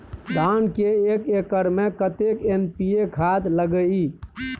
धान के एक एकर में कतेक एन.पी.ए खाद लगे इ?